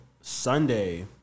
Sunday